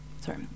Sorry